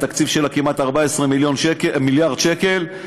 התקציב שלה כמעט 14 מיליארד שקל,